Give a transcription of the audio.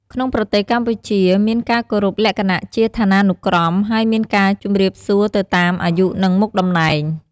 ក្នុងប្រទេសកម្ពុជាមានការគោរពលក្ខណៈជាឋានានុក្រម ហើយមានការជម្រាបសួរទៅតាម អាយុ និងមុខតំណែង។